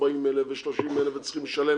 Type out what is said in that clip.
40,000 ו-30,000 וצריכים לשלם,